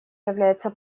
является